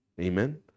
Amen